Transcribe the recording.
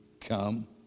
come